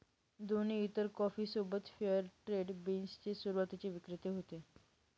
दोन्ही इतर कॉफी सोबत फेअर ट्रेड बीन्स चे सुरुवातीचे विक्रेते होते